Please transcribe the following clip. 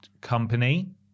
Company